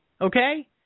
Okay